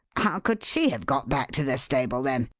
how could she have got back to the stable, then?